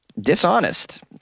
Dishonest